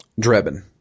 Drebin